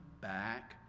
back